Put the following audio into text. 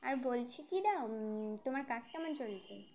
আর বলছি কি দা তোমার কাজ কেমন চলছে